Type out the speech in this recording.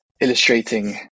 illustrating